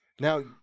Now